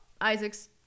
Isaac's